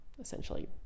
essentially